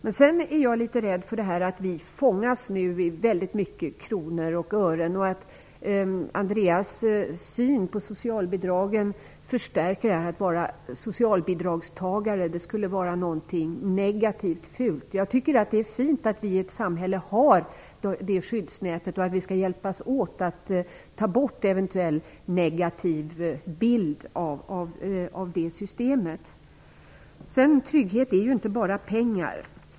Jag är vidare litet rädd för att vi nu i mycket fångas av resonemang om kronor och ören. Andreas Carlgrens syn på socialbidragen bara förstärker detta intryck. Att vara socialbidragstagare skulle vara något negativt och fult. Jag tycker att det är fint att vi i vårt samhälle har det skyddsnätet, och vi skall hjälpas åt med att få bort en eventuellt negativ bild av det systemet. Trygghet är ju inte bara pengar.